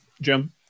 Jim